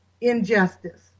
injustice